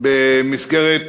במסגרת